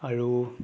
আৰু